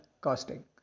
costing